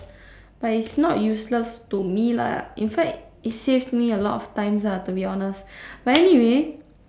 but it's not useless to me lah in fact it saved me a lot of times lah to be honest but anyway